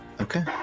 Okay